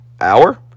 Hour